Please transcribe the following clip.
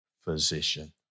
physician